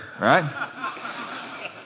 right